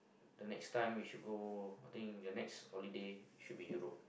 the next time we should go I think the next holiday should be Europe